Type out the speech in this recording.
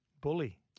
Bully